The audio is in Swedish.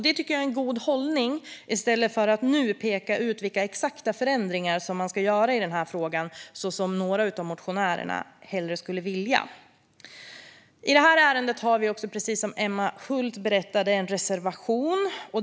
Det tycker jag är en bättre hållning än att nu, som några av motionärerna hellre skulle vilja, peka ut vilka exakta förändringar man ska göra i den här frågan. I detta ärende har vi, precis som Emma Hult berättade, en reservation.